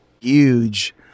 huge